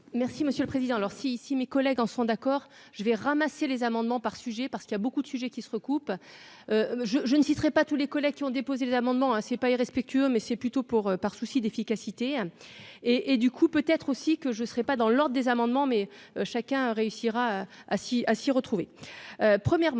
Merci monsieur le président, leur si si mes collègues en sont d'accord, je vais ramasser les amendements par sujet parce qu'il y a beaucoup de sujets qui se recoupent je je ne citerai pas tous les collègues qui ont déposé des amendements, hein, c'est pas irrespectueux, mais c'est plutôt pour, par souci d'efficacité et et du coup peut être aussi que je serais pas dans l'Ordre des amendements mais chacun réussira ah si, à s'y retrouver,